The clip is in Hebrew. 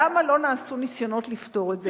למה לא נעשו ניסיונות לפתור את זה?